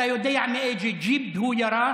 אתה יודע מאיזה ג'יפ הוא ירה,